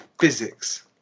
physics